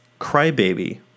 Crybaby